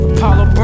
Apollo